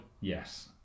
yes